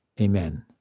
Amen